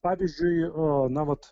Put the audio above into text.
pavyzdžiui na vat